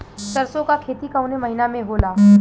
सरसों का खेती कवने महीना में होला?